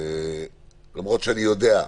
למרות שאני יודע,